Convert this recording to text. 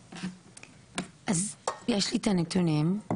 אז יש לי את הנתונים.